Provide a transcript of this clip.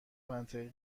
منطقی